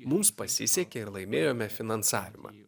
mums pasisekė ir laimėjome finansavimą